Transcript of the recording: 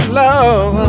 love